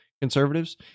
conservatives